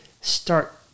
start